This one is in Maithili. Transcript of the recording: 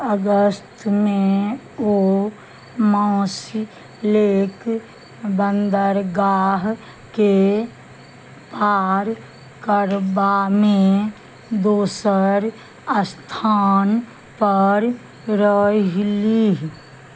अगस्तमे ओ मौसलेक बन्दरगाहके पार करबामे दोसर स्थानपर रहिलीह